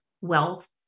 wealth